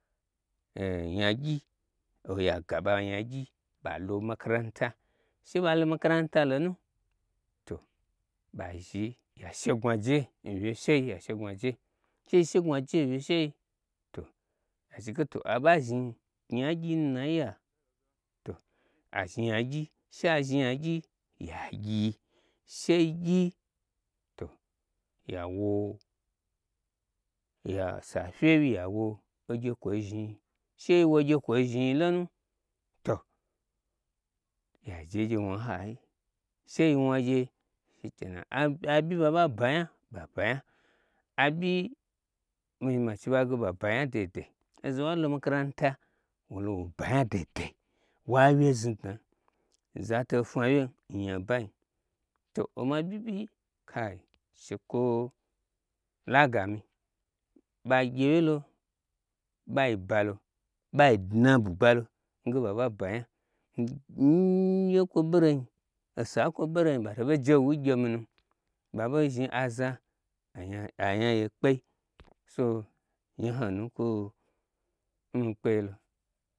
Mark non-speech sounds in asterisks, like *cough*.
*hesitation* nya gyi oya gaɓa nyagyi ɓalo makaranta sheɓalo makaranta lonu to ɓa zhni ya shegnwa ɓe n wye shei she yi shegnwaje n wyeshei to ya chige to abazh knyi nya gyii nu nai ye-e to azhni nyagyi sha zhni nyagyi yagyi sheyi gyi, to ya wo safye wyi yawo ogyekwoi zhniyi sheyi wogye kwoi zhni yilonu to yale gye wna n hayi sheyi wnagye shihena aɓyi ɓa ɓa ba nya ɓa banya abiyi mi zhni machi ɓage ɓa banya deidei, oza n walo makaranta wolo wo ba nya deidei wa wye znudna zato fwna wye n nya bai to oma ɓyi ɓyi kai shekwo lagami, ɓa gye wyelo ɓai balo ɓai dna bwugbalo nge ɓa ɓa ba nya nnn ye kwo ɓolo nyi osa nkwo bolo nyi ɓato ɓei je wu ngye mi nu ɓaɓo zhni aza anya ye kpei so nyaho nu nkwo nmi kpe yelo.